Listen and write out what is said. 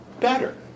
better